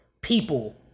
people